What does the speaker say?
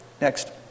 Next